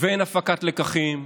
אין הפקת לקחים.